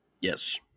Yes